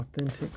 authentic